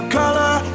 color